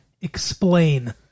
explain